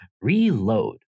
Reload